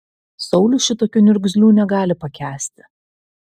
saulius šitokių niurgzlių negali pakęsti